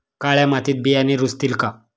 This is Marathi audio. काळ्या मातीत बियाणे रुजतील का?